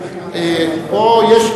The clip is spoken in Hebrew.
פה יש,